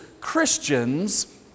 Christians